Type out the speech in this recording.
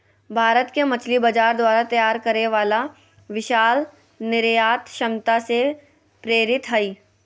भारत के मछली बाजार द्वारा तैयार करे वाला विशाल निर्यात क्षमता से प्रेरित हइ